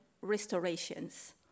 restorations